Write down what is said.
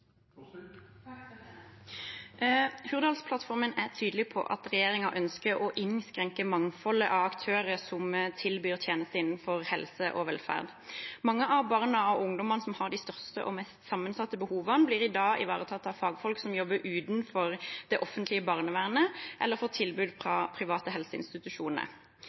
Hurdalsplattformen er tydelig på at regjeringen ønsker å innskrenke mangfoldet av aktører som tilbyr tjenester innenfor helse og velferd. Mange av barna og ungdommene som har de største og mest sammensatte behovene, blir i dag ivaretatt av fagfolk som jobber utenfor det offentlige barnevernet, eller får tilbud fra private